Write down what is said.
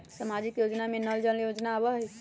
सामाजिक योजना में नल जल योजना आवहई?